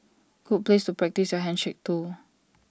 good place to practise handshake too